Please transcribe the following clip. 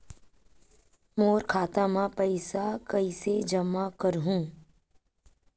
मोर खाता म पईसा कइसे जमा करहु?